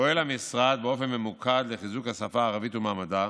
פועל המשרד באופן ממוקד לחיזוק השפה הערבית ומעמדה